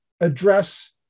address